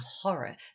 horror